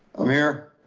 i'm here.